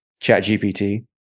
ChatGPT